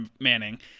Manning